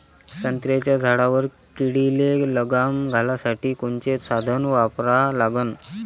संत्र्याच्या झाडावर किडीले लगाम घालासाठी कोनचे साधनं वापरा लागन?